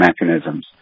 mechanisms